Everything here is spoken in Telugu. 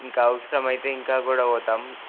ఇంకా అవసరమైతే ఇంకా కూడా పోతాం